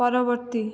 ପରବର୍ତ୍ତୀ